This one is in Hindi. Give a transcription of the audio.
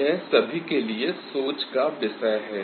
यह सभी के लिए सोच का विषय है